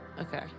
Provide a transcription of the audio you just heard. Okay